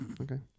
Okay